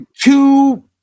two